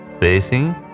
facing